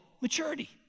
maturity